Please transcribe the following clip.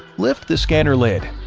lift the scanner lid,